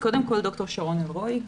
אני ד"ר שרון אלרעי.